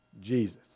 Jesus